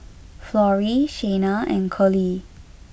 Florrie Shayna and Colie